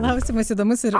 klausimas įdomus ir